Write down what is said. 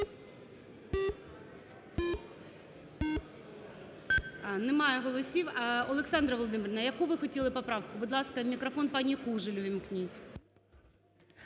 Немає голосів. Олександра Володимирівна, яку ви хотіли поправку? Будь ласка, мікрофон пані Кужель увімкніть.